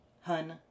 Hun